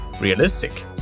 realistic